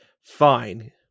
Fine